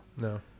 No